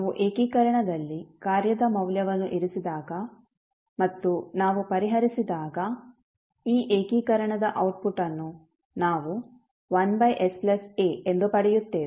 ನಾವು ಏಕೀಕರಣದಲ್ಲಿ ಕಾರ್ಯದ ಮೌಲ್ಯವನ್ನು ಇರಿಸಿದಾಗ ಮತ್ತು ನಾವು ಪರಿಹರಿಸಿದಾಗ ಈ ಏಕೀಕರಣದ ಔಟ್ಪುಟ್ ಅನ್ನು ನಾವು 1sa ಎಂದು ಪಡೆಯುತ್ತೇವೆ